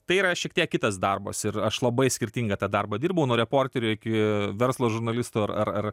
tai yra šiek tiek kitas darbas ir aš labai skirtingą tą darbą dirbau nuo reporterio iki verslo žurnalisto ar ar